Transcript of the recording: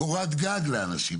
קורת גג לאנשים,